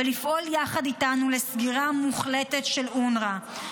ולפעול יחד איתנו לסגירה מוחלטת של אונר"א.